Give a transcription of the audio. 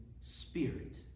spirit